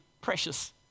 precious